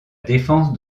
défense